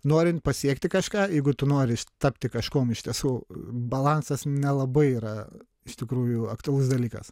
norint pasiekti kažką jeigu tu nori tapti kažkuom iš tiesų balansas nelabai yra iš tikrųjų aktualus dalykas